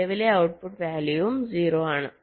നിലവിലെ ഔട്ട്പുട്ട് വാല്യൂവും 0 ആണ്